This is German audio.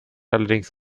allerdings